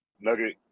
nugget